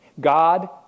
God